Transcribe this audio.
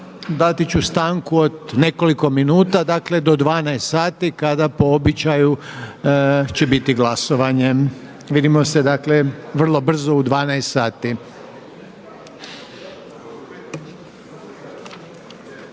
dati ću stanku od nekoliko minuta, dakle do 12h kada po običaju će biti glasovanje. Vidimo se dakle vrlo brzo u 12h.